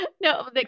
No